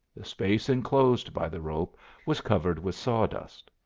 the space enclosed by the rope was covered with sawdust.